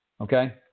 Okay